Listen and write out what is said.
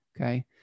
Okay